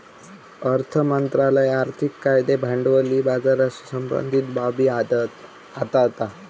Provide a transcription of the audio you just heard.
अर्थ मंत्रालय आर्थिक कायदे भांडवली बाजाराशी संबंधीत बाबी हाताळता